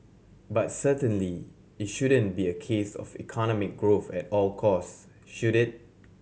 but certainly it shouldn't be a case of economic growth at all costs should it